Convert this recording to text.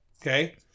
Okay